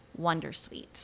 wondersuite